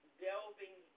delving